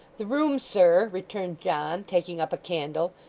the room, sir returned john, taking up a candle,